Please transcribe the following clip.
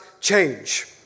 change